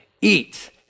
eat